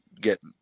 get